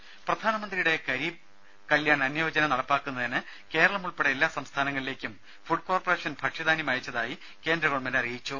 രുമ പ്രധാനമന്ത്രിയുടെ ഗരീബ് കല്യാൺ അന്നയോജന നടപ്പാക്കുന്നതിന് കേരളം ഉൾപ്പെടെ എല്ലാ സംസ്ഥാനങ്ങളിലേക്കും ഫുഡ് കോർപ്പറേഷൻ ഭക്ഷ്യധാന്യം അയച്ചതായി കേന്ദ്ര ഗവൺമെന്റ് അറിയിച്ചു